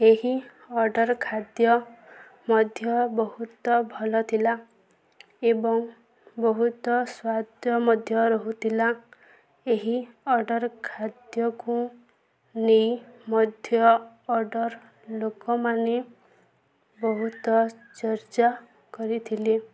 ଏହି ଅର୍ଡ଼ର ଖାଦ୍ୟ ମଧ୍ୟ ବହୁତ ଭଲ ଥିଲା ଏବଂ ବହୁତ ସ୍ୱାଦ ମଧ୍ୟ ରହୁଥିଲା ଏହି ଅର୍ଡ଼ର ଖାଦ୍ୟକୁଁ ନେଇ ମଧ୍ୟ ଅର୍ଡ଼ର ଲୋକମାନେ ବହୁତ ଚର୍ଚ୍ଚା କରିଥିଲେ